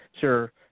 sure